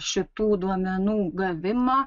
šitų duomenų gavimą